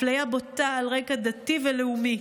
אפליה בוטה על רקע דתי ולאומי,